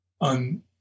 on